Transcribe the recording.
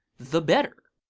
the better.